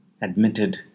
admitted